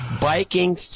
biking